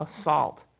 assault